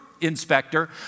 inspector